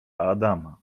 adama